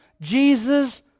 Jesus